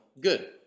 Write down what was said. good